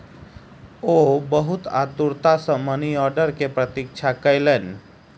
ओ बहुत आतुरता सॅ मनी आर्डर के प्रतीक्षा कयलैन